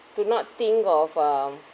do not think of um